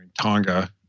Tonga